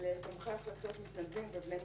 לתומכי החלטות מתנגדים ובני משפחה,